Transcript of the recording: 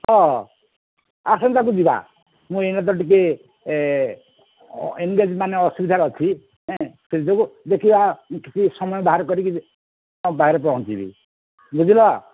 ହଁ ଆସନ୍ତା କୁ ଯିବା ମୁଁ ଏଇନା ତ ଟିକେ ଏ ଏନ୍ଗେଜ୍ ମାନେ ଅସୁବିଧାରେ ଅଛି ସେଇଯୋଗୁଁ ଦେଖିବା ଟିକିଏ ସମୟ ବାହାର କରିକି ତୁମ ପାଖରେ ପହଞ୍ଚିବି ବୁଝିଲ